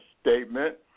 statement